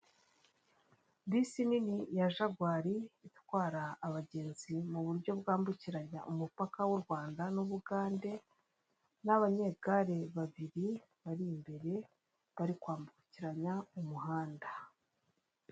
Bisi nini ya jagwari itwara abagenzi mu buryo bwambukiranya umupaka w'u Rwanda n'ubugande n'abanyegare babiri bari imbere bari kwambukiranya umuhanda.